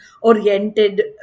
oriented